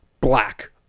black